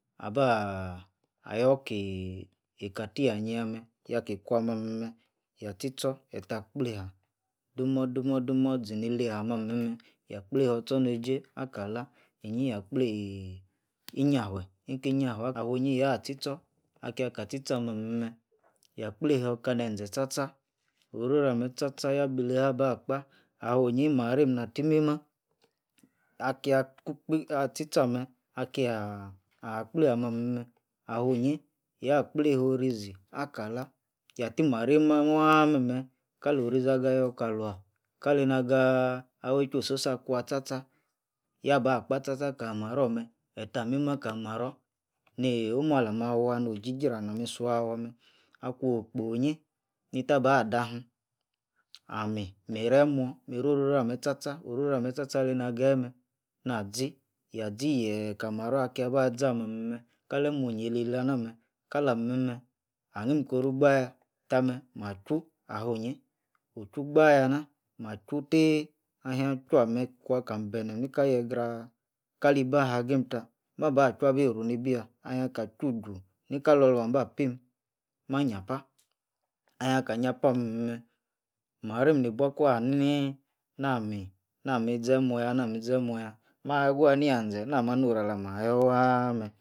. Abaaah ah yor ki eika- ti- ah nyi yah meh, yaki kwor meh ah- meh- meh, yah- tchi- tchor ettah gbleiha. dumor- dumor- dumor zini heiha ah meh- met meh. yah gbleiha, or- tchorneijie akala, inyi yagblei hi inyafue, inki- inyafie aḥ ahfuinyi- yah tchi- tchor, kia ka tchi tchor ah- meh- meh yah gbleiha eikanenza tcha- tcha, orọri ah meh tcha- tcha yabileiha abu- kpah. awinyi marim nah ti mei mah. akia- tchi- tchọr ah- meh, akian ah-gblei ah- meh- meh- meh. awinyi yah gblei ha orizi, akalah, yah ti marei eimah waah meh- meh kalorizi ah- gayor kalua. kalei nagaaaah aweiju- ososa akua- tcha-, yaba- kpah tcha- tcha kali- marror- or- meh ettah meimah kali marror niii- ornu alah- mah wah noh- jri- jra nami- suawan meh, akwonn- okpo inyi. nitta bah- danhi ami- mireh emuor. miroh oroah meh tcha- tcha. ororah- meh tcha- tcha aleina geyi- meh. nazi. yah- zi yeeeh kal- maror, kia- ba zi ah- meh- meh- meh. ahnim- koru gbayah, tameh. mah- chwu afuinyi. mah chwu gbayah nah, mah chwu tei ahn- hia chwu kwa ka benem inkah yiegra, kali bi ahagim tah. mabk chwu abi runibiyah. inhiaka chwu- juh. nikala- luan bah pim. mah nyiapah. anhia- ka- nyapa ah- meh- meh. marim ni bu kuahaini, nami. nami zemuor yah. nami zemuor- yah, maha- kuah nia- zeh na mah noru alama yor waaah- meh